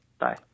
Bye